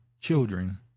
children